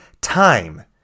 time